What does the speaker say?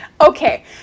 Okay